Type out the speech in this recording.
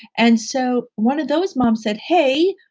and so, one of those moms said, hey,